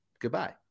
Goodbye